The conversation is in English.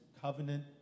covenant